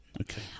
Okay